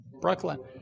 Brooklyn